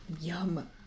Yum